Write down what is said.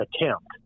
attempt